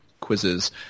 quizzes